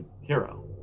hero